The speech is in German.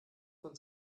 von